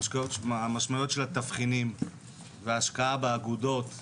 המשמעויות של התבחינים וההשקעה באגודות ובאיגודים,